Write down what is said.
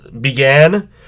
began